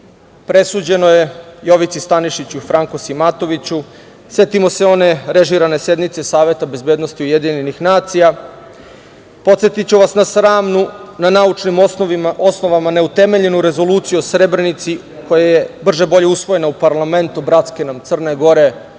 presuđeno je Jovici Stanišiću i Franku Simatoviću, setimo se one režirane sednice Saveta bezbednosti UN, podsetiću vas na sramnu, na naučnim osnovama neutemeljenu rezoluciju u Srebrenici koja je brže bolje usvojena u parlamentu bratske nam Crne Gore